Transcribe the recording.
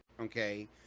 okay